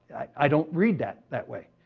i don't read that that way.